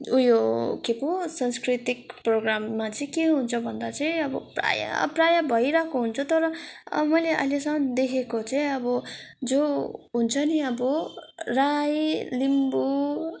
उयो के पो संस्कृतिक प्रोग्राममा चाहिँ के हुन्छ भन्दा चाहिँ अब प्रायः प्रायः भइरहेको हुन्छ तर मैले अहिलेसम्म देखेको चाहिँ अब जो हुन्छ नि अब राई लिम्बू